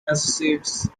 associates